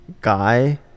guy